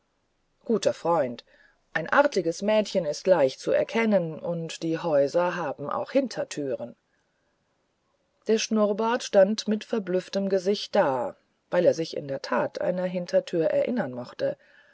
guter freund ein artiges mädchen ist leicht zu kennen und die häuser haben auch hintertüren der schnurrbart stand mit verblüfftem gesicht da weil er sich in der tat einer hintertür erinnern mochte